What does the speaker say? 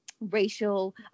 racial